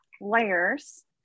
layers